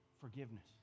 Forgiveness